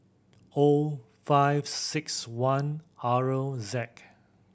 O five six one R Z